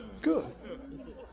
Good